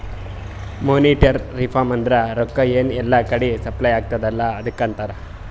monetary reform ಅಂದುರ್ ರೊಕ್ಕಾ ಎನ್ ಎಲ್ಲಾ ಕಡಿ ಸಪ್ಲೈ ಅತ್ತುದ್ ಅಲ್ಲಾ ಅದುಕ್ಕ ಅಂತಾರ್